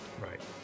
Right